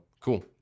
cool